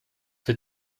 for